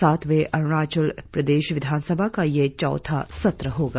सातवें अरुणाचल प्रदेश विधानसभा का यह चौथा सत्र होगा